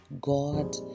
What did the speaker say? God